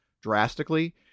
drastically